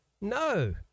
no